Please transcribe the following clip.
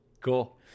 Cool